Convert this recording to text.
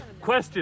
question